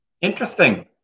Interesting